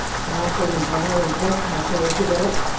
powerful and violent drug cartels developed,